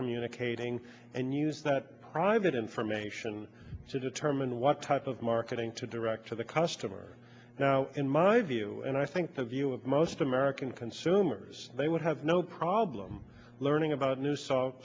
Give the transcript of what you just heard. communicating and use that private information to determine what type of marketing to direct to the customer in my view and i think the view of most american consumers they would have no problem learning about new s